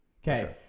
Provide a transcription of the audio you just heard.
Okay